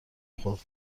خورد